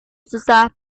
susah